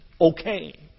okay